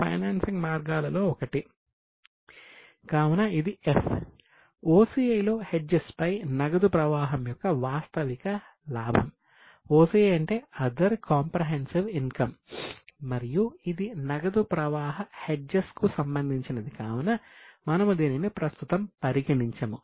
financial lease liability కు సంబంధించినది కావున మనము దీనిని ప్రస్తుతం పరిగణించము